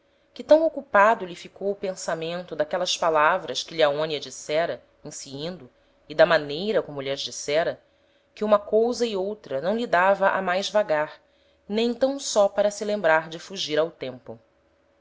que tam ocupado lhe ficou o pensamento d'aquelas palavras que lhe aonia dissera em se indo e da maneira como lh'as dissera que uma cousa e outra não lhe dava a mais vagar nem tam só para se lembrar de fugir ao tempo